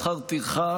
שכר טרחה